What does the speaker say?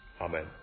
Amen